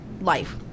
life